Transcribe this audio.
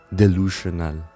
delusional